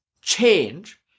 change